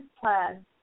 plan